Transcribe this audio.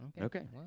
Okay